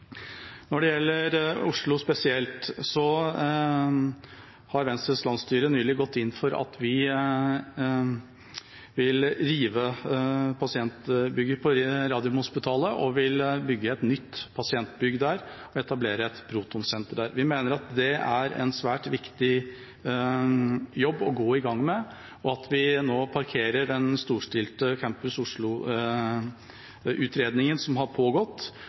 Når det gjelder Oslo spesielt, har Venstres landsstyre nylig gått inn for at vi vil rive pasientbygget på Radiumhospitalet og bygge et nytt pasientbygg der, etablere et protonsenter der. Vi mener at det er en svært viktig jobb å gå i gang med, og at det er viktig at vi nå parkerer den storstilte Campus Oslo-utredningen som har pågått,